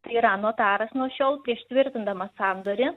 tai yra notaras nuo šiol prieš tvirtindamas sandorį